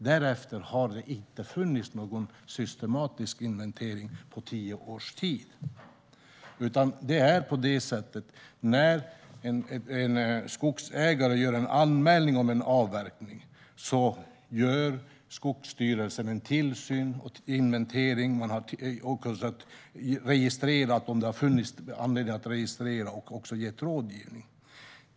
Därefter har det inte funnits någon systematisk inventering. Det har alltså inte funnits någon sådan under tio års tid. När en skogsägare gör en anmälan om en avverkning gör Skogsstyrelsen en tillsyn och en inventering. Man har sett efter om det finns anledning att registrera och då gjort det, och man har också bistått med rådgivning.